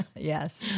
Yes